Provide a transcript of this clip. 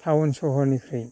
town सहरनिख्रुइ